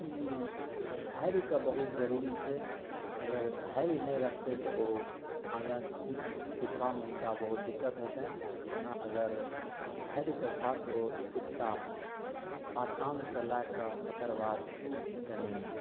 ई धैर्यके बहुत जरूरी छै अगर धैर्य नहि रहतै तऽ ओ आगा सीख सिखबामे हुनका बहुत दिक्कत हेतनि ओना अगर धैर्यके साथ ओ सिखता आसानसँ लए कऽ तकर बाद कनि